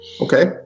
Okay